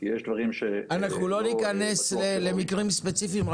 כי יש דברים --- אנחנו לא ניכנס למקרים ספציפיים,